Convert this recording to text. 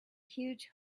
huge